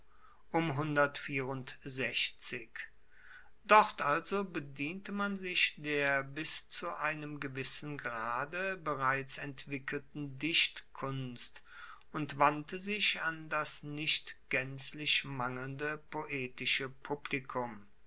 dort also bediente man sich der bis zu einem gewissen grade bereits entwickelten dichtkunst und wandte sich an das nicht gaenzlich mangelnde poetische publikum